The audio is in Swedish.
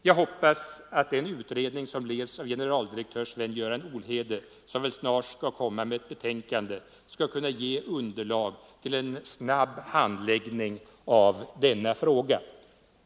Jag hoppas att den utredning som leds av generaldirektör Sven-Göran Olhede och som väl snart skall komma med ett betänkande skall kunna ge underlag till en snabb handläggning av denna fråga.